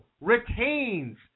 retains